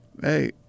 hey